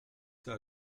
cela